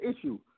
issue